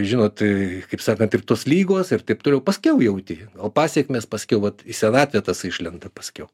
žino tai kaip sakant ir tos ligos ir taip toliau paskiau jauti gal pasekmės paskiau vat į senatvę tas išlenda paskiau